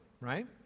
right